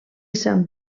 sant